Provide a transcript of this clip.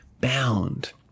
bound